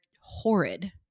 horrid